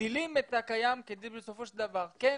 מגדילים את הקיים כדי בסופו של דבר כן